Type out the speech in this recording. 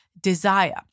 desire